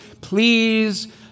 please